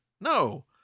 No